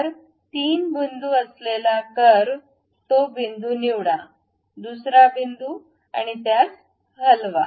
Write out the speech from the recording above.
तर 3 बिंदू असलेला कर्व तो बिंदू निवडा दुसरा बिंदू आणि त्यास हलवा